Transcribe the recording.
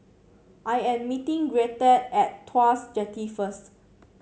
I am meeting Gretta at Tuas Jetty first